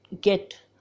get